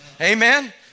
Amen